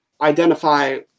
identify